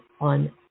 on